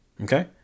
Okay